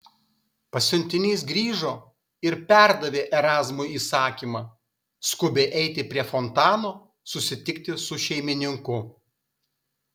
pasiuntinys grįžo ir perdavė erazmui įsakymą skubiai eiti prie fontano susitikti su šeimininku